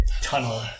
tunnel